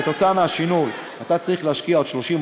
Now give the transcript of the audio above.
כתוצאה מהשינוי אתה צריך להשקיע עוד 30,